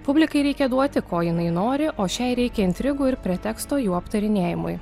publikai reikia duoti ko jinai nori o šiai reikia intrigų ir preteksto jų aptarinėjimui